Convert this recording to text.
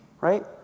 Right